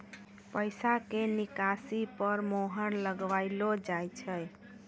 पैसा के निकासी पर मोहर लगाइलो जाय छै